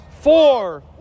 Four